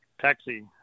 taxi